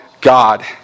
God